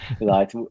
right